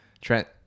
Trent